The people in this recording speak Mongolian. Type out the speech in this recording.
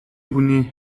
хүний